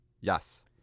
Yes